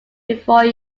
before